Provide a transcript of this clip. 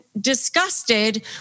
disgusted